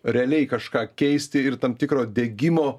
realiai kažką keisti ir tam tikro degimo